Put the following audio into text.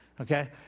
Okay